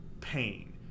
pain